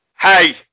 Hey